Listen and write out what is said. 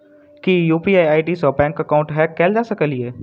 की UPI ID सऽ bank account hack कैल जा सकलिये?